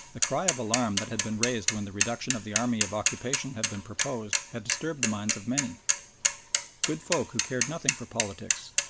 the cry of alarm that had been raised when the reduction of the army of occupation had been proposed had disturbed the minds of many good folk who cared nothing for politics,